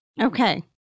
Okay